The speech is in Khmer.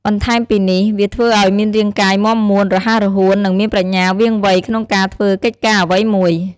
បន្ថែមពីនេះ វាធ្វើឲ្យមានរាងកាយមាំមួន រហ័សរហួន និងមានប្រាជ្ញាវាងវៃក្នុងការធ្វើកិច្ចការអ្វីមួយ។